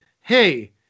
Hey